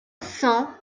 cent